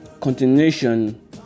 continuation